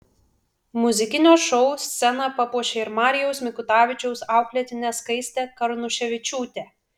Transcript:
muzikinio šou sceną papuošė ir marijaus mikutavičiaus auklėtinė skaistė karnuševičiūtė